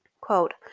Quote